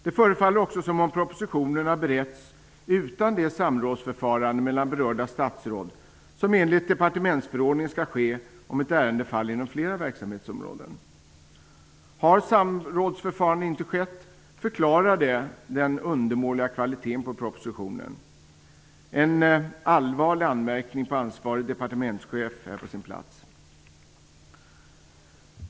Det förefaller också som om propositionen har beretts utan det samrådsförfarande mellan berörda statsråd som enligt departementsförordningen skall ske om ett ärende faller inom flera verksamhetsområden. Om samrådsförfarandet inte har skett förklarar det den undermåliga kvaliteten på propositionen. En allvarlig anmärkning på ansvarig departementschef är på sin plats.